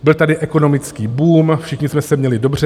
Byl tady ekonomický boom, všichni jsme se měli dobře.